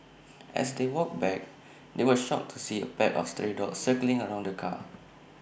as they walked back they were shocked to see A pack of stray dogs circling around the car